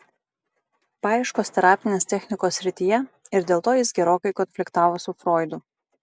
paieškos terapinės technikos srityje ir dėl to jis gerokai konfliktavo su froidu